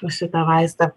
už šitą vaistą